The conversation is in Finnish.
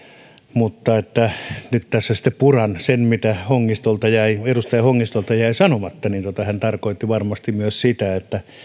mutta nyt tässä sitten puran sen mitä edustaja hongistolta jäi sanomatta hän tarkoitti varmasti myös sitä että